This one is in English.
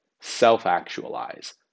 self-actualize